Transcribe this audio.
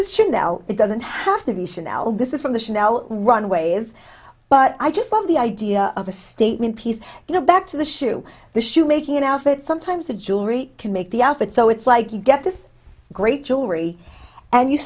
chanel it doesn't have to be chanel this is from the chanel runways but i just love the idea of the statement piece you know back to the shoe the shoe making outfit sometimes the jewelry can make the outfit so it's like you get this great jewelry and you